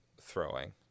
throwing